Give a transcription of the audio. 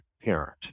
parent